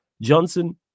Johnson